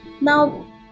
Now